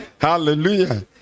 hallelujah